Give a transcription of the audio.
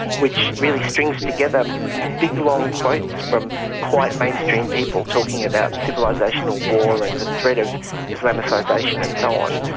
which really strings together big long quotes from quite mainstream people talking about civilizational war and the threat of islamicisation and so on.